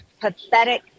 pathetic